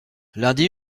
lundi